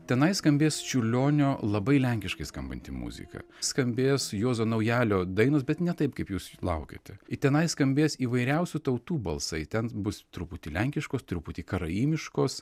tenai skambės čiurlionio labai lenkiškai skambanti muzika skambės juozo naujalio dainos bet ne taip kaip jūs laukiate tenai skambės įvairiausių tautų balsai ten bus truputį lenkiškos truputį karaimiškos